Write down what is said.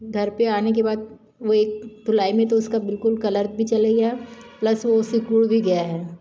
घर पर आने के बाद वो एक धुलाई में तो उसका बिल्कुल कलर भी चला गया प्लस वो सिकुड़ भी गया है